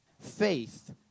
faith